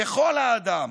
ככל האדם.